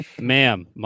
ma'am